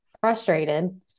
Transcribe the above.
frustrated